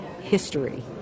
history